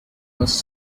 was